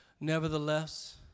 Nevertheless